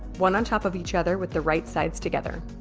one on top of each other with the right sides together